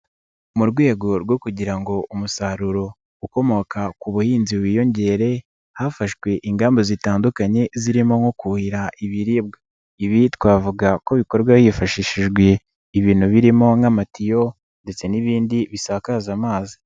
Mu rwego rwo kugira ngo umusaruro ukomoka ku buhinzi wiyongere hafashwe ingamba zitandukanye zirimo nko kuhira ibiribwa, ibi twavuga ko bikorwa hifashishijwe ibintu birimo nk'amatiyo ndetse n'ibindi bisakaza amazi.